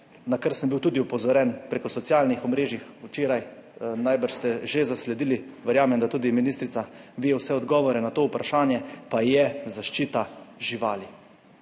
kar sem bil tudi opozorjen preko socialnih omrežij včeraj, najbrž ste že zasledili, verjamem, da tudi ministrica ve vse odgovore na to vprašanje, pa je zaščita živali.